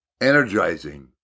energizing